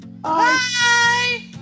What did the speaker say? Bye